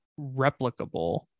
replicable